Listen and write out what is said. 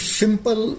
simple